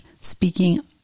speaking